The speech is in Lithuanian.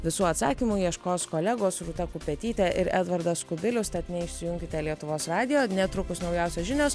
visų atsakymų ieškos kolegos rūta kupetytė ir edvardas kubilius tad neišsijunkite lietuvos radijo netrukus naujausios žinios